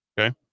Okay